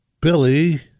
Billy